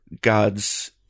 God's